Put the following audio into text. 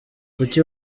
kuki